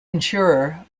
insurer